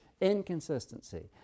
inconsistency